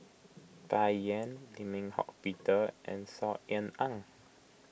Bai Yan Lim Eng Hock Peter and Saw Ean Ang